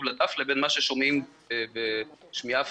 בדף לבין מה ששומעים בשמיעה פרונטלית.